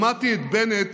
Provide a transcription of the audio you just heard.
שמעתי את בנט